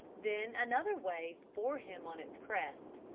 then another wave bore him on its crest.